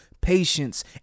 patience